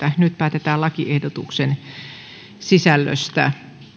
nyt päätetään lakiehdotuksen sisällöstä